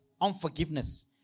unforgiveness